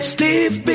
Steve